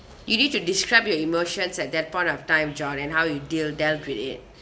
you need to describe your emotions at that point of time john and how you deal dealt with it